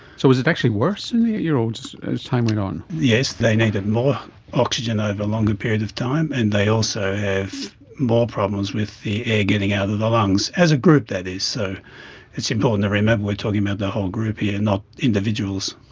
so was it actually worse in the eight year olds as time went on? yes, they needed more oxygen over a longer period of time and they also have more problems with the air getting out of the lungs, as a group that is. so it's important to remember we're talking about the whole group here, not individuals.